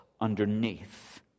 underneath